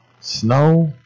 Snow